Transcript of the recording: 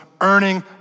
earning